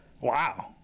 wow